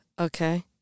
okay